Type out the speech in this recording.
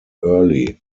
early